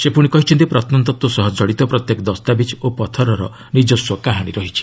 ସେ ପୁଣି କହିଛନ୍ତି ପ୍ରତ୍ନତତ୍ୱ ସହ କଡ଼ିତ ପ୍ରତ୍ୟେକ ଦସ୍ତାବିଜ୍ ଓ ପଥରର ନିଜସ୍ୱ କାହାଣୀ ରହିଛି